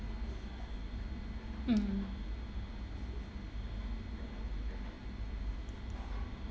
mm